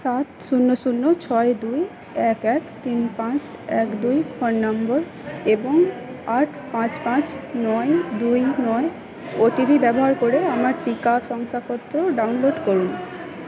সাত শূন্য শূন্য ছয় দুই এক এক তিন পাঁচ এক দুই ফোন নম্বর এবং আট পাঁচ পাঁচ নয় দুই নয় ওটিপি ব্যবহার করে আমার টিকা শংসাপত্র ডাউনলোড করুন